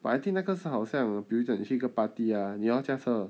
but I think 那个是好像比如讲你去一个 party ah 你要驾车